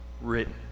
written